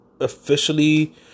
officially